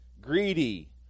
Greedy